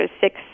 six